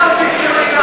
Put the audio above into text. למיליארדים שחילקתם.